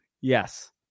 Yes